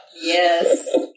Yes